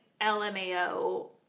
LMAO